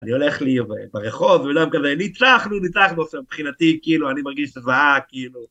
אני הולך לי ברחוב, ואולי הם כזה, ניצחנו, ניצחנו, עכשיו מבחינתי, כאילו, אני מרגיש זוועה, כאילו.